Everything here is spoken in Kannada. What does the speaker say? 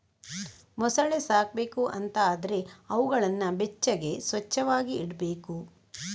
ಮೊಸಳೆ ಸಾಕ್ಬೇಕು ಅಂತ ಆದ್ರೆ ಅವುಗಳನ್ನ ಬೆಚ್ಚಗೆ, ಸ್ವಚ್ಚವಾಗಿ ಇಡ್ಬೇಕು